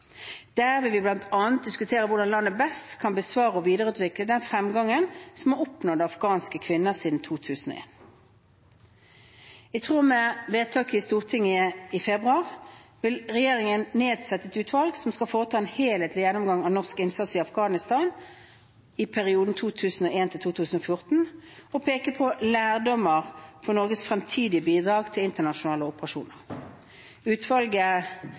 Der vil vi bl.a. diskutere hvordan landet best kan bevare og videreutvikle den fremgangen som er oppnådd av afghanske kvinner siden 2001. I tråd med vedtak i Stortinget i februar vil regjeringen nedsette et utvalg som skal foreta en helhetlig gjennomgang av norsk innsats i Afghanistan i perioden 2001–2014 og peke på lærdommer for Norges fremtidige bidrag til internasjonale operasjoner. Utvalget